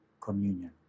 communion